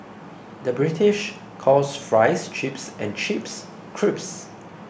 the British calls Fries Chips and Chips Crisps